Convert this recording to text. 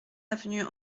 avenue